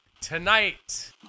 Tonight